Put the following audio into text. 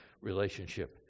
relationship